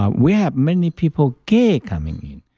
ah we have many people gay coming in.